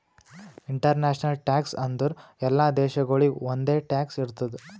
international tax ಅಂದುರ್ ಎಲ್ಲಾ ದೇಶಾಗೊಳಿಗ್ ಒಂದೆ ಟ್ಯಾಕ್ಸ್ ಇರ್ತುದ್